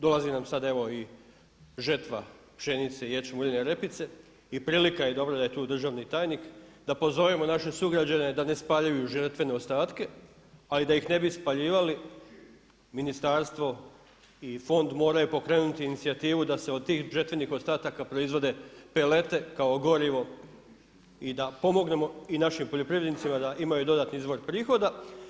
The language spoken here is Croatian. Dolazi nam sada evo i žetva pšenice, ječma i uljene repice i prilika je, dobro da je tu državni tajnik da pozovemo naše sugrađane da ne spaljuju žetvene ostatke ali da ih ne bi spaljivali ministarstvo i fond moraju pokrenuti inicijativu da se od tih žetvenih ostataka proizvode pelete kao gorivo i da pomognemo i našim poljoprivrednicima da imaju dodatni izvor prihoda.